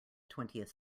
twentieth